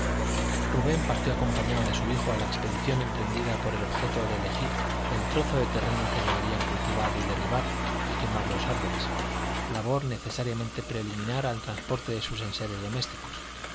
rubén partió acompañado de su hijo a la expedición emprendida con el objeto de elegir el trozo de terreno que deberían cultivar y derribar y quemar los árboles labor necesariamente preliminar al transporte de sus enseres domésticos